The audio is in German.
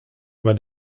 war